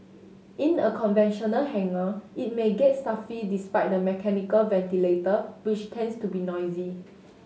in a conventional hangar it may get stuffy despite the mechanical ventilator which tends to be noisy